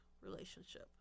relationship